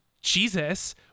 Jesus